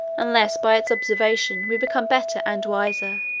unless by its observation we become better and wiser,